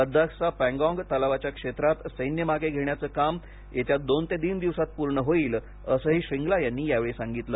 लद्दाखचा पेगांग तलावाच्या क्षेत्रात सैन्य मागे घेण्याचं काम येत्या दोन ते तीन दिवसांत पूर्ण होईल असंही श्रींगला यांनी यावेळी सांगितलं